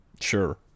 sure